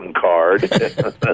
card